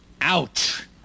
Ouch